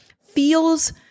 feels